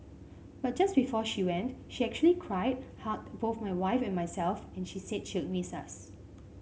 but just before she went she actually cried hugged both my wife and myself and she said she'd miss us